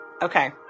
Okay